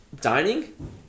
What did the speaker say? Dining